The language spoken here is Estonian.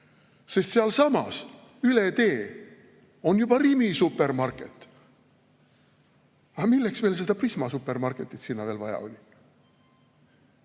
sest sealsamas üle tee on juba Rimi supermarket. Milleks meil veel seda Prisma supermarketit sinna vaja oli?